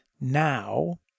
Now